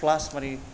class मानि